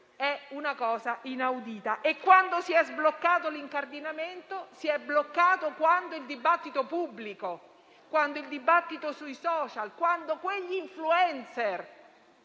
è una cosa inaudita. E quando si è sbloccato l'incardinamento? Si è sbloccato quando il dibattito pubblico, quando il dibattito sui *social*, quando quegli *influencer*,